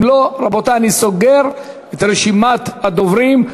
אם לא, רבותי, אני סוגר את רשימת הדוברים.